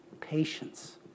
patience